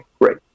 great